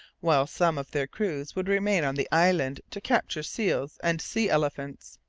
while some of their crews would remain on the islands to capture seals and sea-elephants.